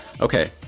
okay